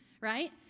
right